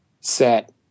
set